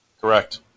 Correct